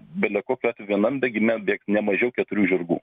bele kokiu atveju vienam bėgime bėgs nemažiau keturių žirgų